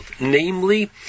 Namely